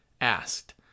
asked